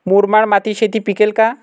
मुरमाड मातीत शेती पिकेल का?